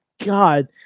God